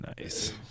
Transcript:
Nice